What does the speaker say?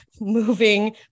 moving